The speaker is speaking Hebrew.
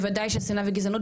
בוודאי ששנאה וגזענות,